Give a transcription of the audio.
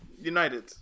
United